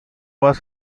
vas